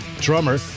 Drummer